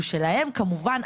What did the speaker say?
הוא שלהם כמובן,